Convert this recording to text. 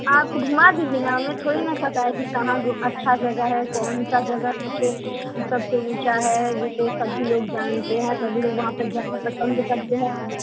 आप घूमा दीजिए न हमें थोड़ी न पता है कि कहाँ अच्छा जगह है कौन सा जगह सबसे सबसे ऊँचा है जिसे सभी लोग जानते हैं सभी लोग वहाँ पर जाना पसंद करते हैं